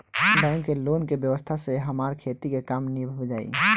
bank के loan के व्यवस्था से हमार खेती के काम नीभ जाई